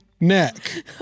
neck